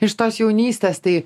iš tos jaunystės tai